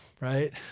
right